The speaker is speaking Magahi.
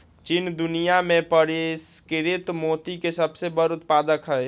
चीन दुनिया में परिष्कृत मोती के सबसे बड़ उत्पादक हई